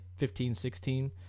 15-16